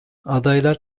adaylar